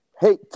hey